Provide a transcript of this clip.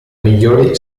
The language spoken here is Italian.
migliori